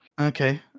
okay